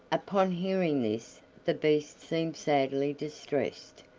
upon hearing this the beast seemed sadly distressed,